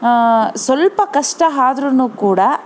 ಸ್ವಲ್ಪ ಕಷ್ಟ ಆದ್ರುನೂ ಕೂಡ